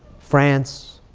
france,